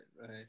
right